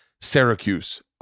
Syracuse